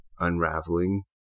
unraveling